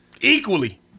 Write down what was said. equally